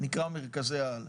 נקרא מרכזי העל,